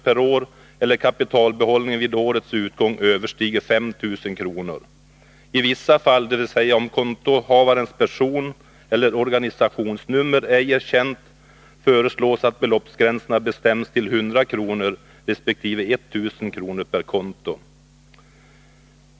per år eller kapitalbehållningen vid årets utgång överstiger 5 000 kr. I vissa fall, dvs. om kontoinnehavarens person eller organisationsnummer ej är kända, föreslås att beloppsgränserna bestäms till 100 kr. resp. 1000 kr. per konto.